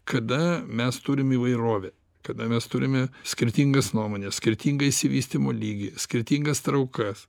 kada mes turim įvairovę kada mes turime skirtingas nuomones skirtingą išsivystymo lygį skirtingas traukas